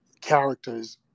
characters